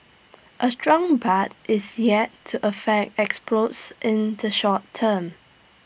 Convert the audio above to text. A strong baht is yet to affect exports in the short term